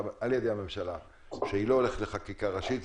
על-ידי הממשלה שהיא לא הולכת לחקיקה ראשית,